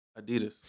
Adidas